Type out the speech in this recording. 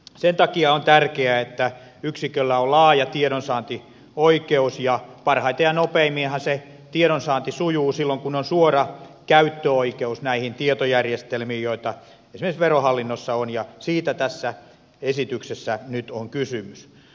sen takia on tärkeää että yksiköllä on laaja tiedonsaantioikeus ja parhaiten ja nopeimminhan se tiedonsaanti sujuu silloin kun on suora käyttöoikeus näihin tietojärjestelmiin joita esimerkiksi verohallinnossa on ja siitä tässä esityksessä nyt on kysymys